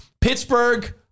Pittsburgh